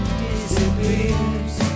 disappears